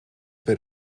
per